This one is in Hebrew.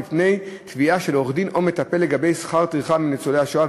בפני תביעה של עורך-דין או מטפל לגביית שכר טרחה מניצול השואה,